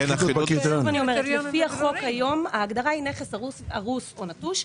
לפי החוק היום, ההגדרה היא "נכס הרוס או נטוש".